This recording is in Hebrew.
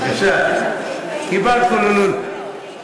בבקשה, קיבלת "קולולולו".